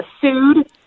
sued